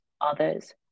others